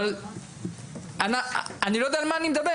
אבל אני לא יודע על מה אני מדבר.